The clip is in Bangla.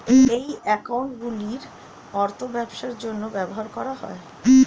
এই অ্যাকাউন্টগুলির অর্থ ব্যবসার জন্য ব্যবহার করা হয়